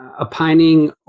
opining